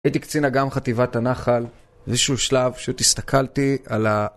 הייתי קצין אג"ם חטיבת הנחל, באיזשהו שלב פשוט הסתכלתי על ה...